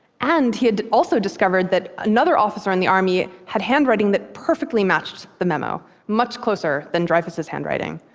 and he had also discovered that another officer in the army had handwriting that perfectly matched the memo, much closer than dreyfus's handwriting.